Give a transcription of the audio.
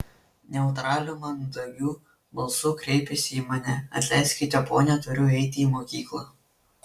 neutraliu mandagiu balsu kreipėsi į mane atleiskite ponia turiu eiti į mokyklą